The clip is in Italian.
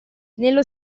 nello